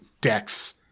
decks